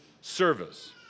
service